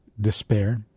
despair